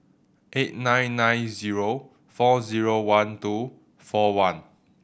eight nine nine zero four zero one two four one